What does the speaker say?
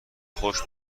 خشک